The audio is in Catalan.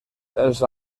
els